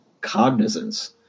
cognizance